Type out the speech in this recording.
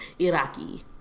Iraqi